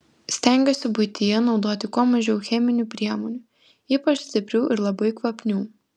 stengiuosi buityje naudoti kuo mažiau cheminių priemonių ypač stiprių ir labai kvapnių